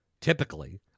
typically